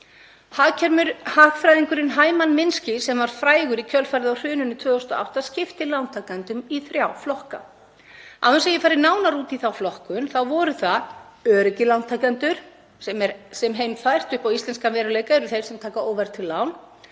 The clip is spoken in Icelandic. Hagfræðingurinn Hyman Minsky, sem varð frægur í kjölfarið á hruninu 2008, skiptir lántakendum í þrjá flokka. Án þess að ég fari nánar út í þá flokkun voru það öruggir lántakendur, sem heimfært upp á íslenskan veruleika eru þeir sem taka óverðtryggð lán;